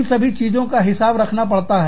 इन सभी चीजों का हिसाब रखना पड़ता है